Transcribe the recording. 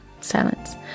Silence